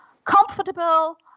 comfortable